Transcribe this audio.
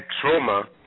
trauma